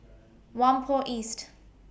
Whampoa East